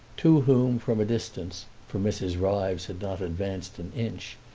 to whom, from a distance, for mrs. ryves had not advanced an inch,